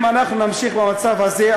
אם אנחנו נמשיך במצב הזה,